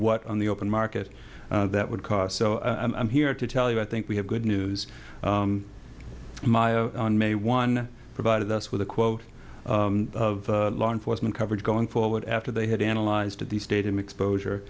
what on the open market that would cost so i'm here to tell you i think we have good news on may one provided us with a quote of law enforcement coverage going forward after they had analyzed at the stadium exposure